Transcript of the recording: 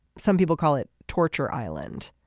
some people call it torture island.